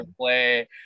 play